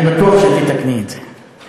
אני בטוח שתתקני את זה.